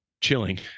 chilling